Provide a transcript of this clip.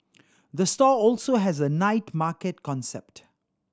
the store also has a night market concept